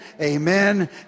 amen